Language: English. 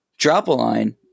Drop-A-Line